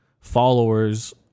followers